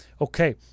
Okay